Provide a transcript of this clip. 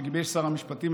שגיבש שר המשפטים,